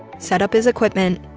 set up his equipment,